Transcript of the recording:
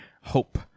Hope